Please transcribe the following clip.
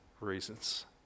reasons